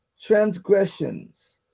transgressions